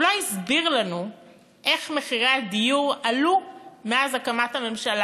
הוא לא הסביר לנו איך מחירי הדיור עלו מאז הקמת הממשלה